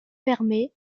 fermée